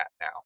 now